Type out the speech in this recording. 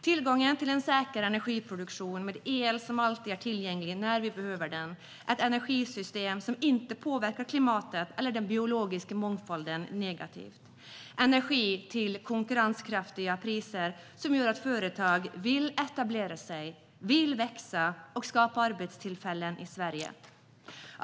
Vi behöver säker energiproduktion med el som alltid är tillgänglig när vi behöver den, ett energisystem som inte påverkar klimatet eller den biologiska mångfalden negativt och energi till konkurrenskraftiga priser som gör att företag vill etablera sig, växa och skapa arbetstillfällen i Sverige.